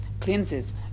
cleanses